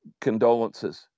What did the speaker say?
condolences